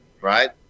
Right